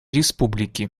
республики